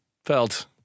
Felt